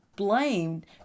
blamed